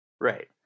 right